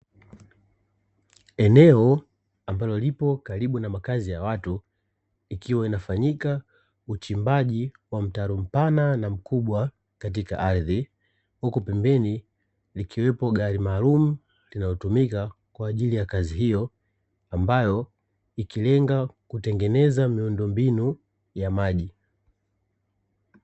Eneo ambalo lipo karibu na makazi ya watu; ikiwa inafanyika uchimbaji wa mtaro mpana na mkubwa katika ardhi. Huku pembeni likiwepo gari maalumu linalotumika kwa ajili ya kazi hiyo, ambayo ikilenga kutengeneza miundombinu ya maji.